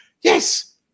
Yes